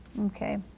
Okay